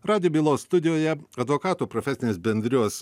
radijo bylos studijoje advokatų profesinės bendrijos